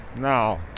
Now